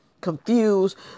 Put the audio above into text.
confused